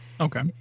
okay